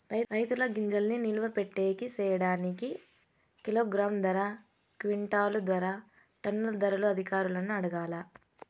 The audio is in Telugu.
రైతుల గింజల్ని నిలువ పెట్టేకి సేయడానికి కిలోగ్రామ్ ధర, క్వింటాలు ధర, టన్నుల ధరలు అధికారులను అడగాలా?